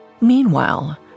Meanwhile